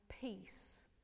peace